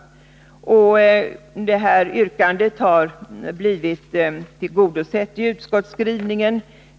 Jag kan konstatera att yrkandet blivit tillgodosett i utskottsskrivningen.